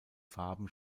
farben